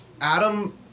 Adam